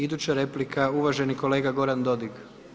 Iduća replika je uvaženi kolega Goran Dodig.